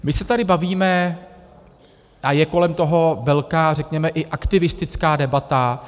My se tady bavíme a je kolem toho velká, řekněme i aktivistická debata.